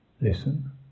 listen